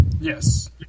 Yes